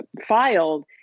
filed